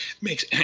makes